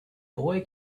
boy